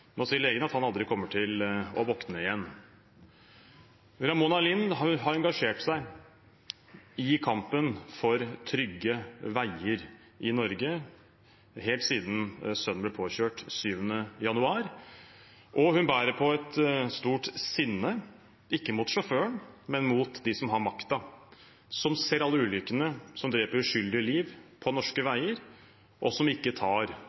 legen at han aldri kommer til å våkne igjen. Ramona Lind har engasjert seg i kampen for trygge veier i Norge helt siden sønnen ble påkjørt den 7. januar, og hun bærer på et stort sinne – ikke mot sjåføren, men mot dem som har makten, som ser alle ulykkene som tar uskyldige liv på norske veier, og som ikke tar